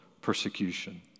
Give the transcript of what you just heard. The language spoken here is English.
persecution